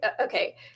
okay